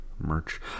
Merch